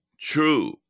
true